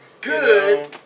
good